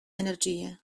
energie